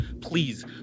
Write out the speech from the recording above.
please